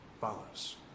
follows